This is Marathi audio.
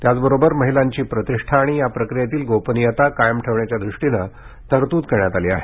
त्याचबरोबर महिलांची प्रतिष्ठा आणि या प्रक्रियेतील गोपनीयता कायम ठेवण्याच्या द्रष्टीनं तरतूद करण्यात आली आहे